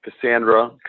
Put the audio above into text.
Cassandra